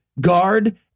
guard